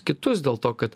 kitus dėl to kad